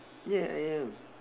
ya I am